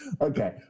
Okay